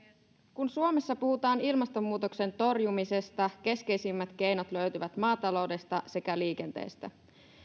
kun suomessa puhutaan ilmastonmuutoksen torjumisesta keskeisimmät keinot löytyvät maataloudesta sekä liikenteestä